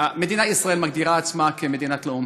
מדינת ישראל מגדירה את עצמה כמדינת לאום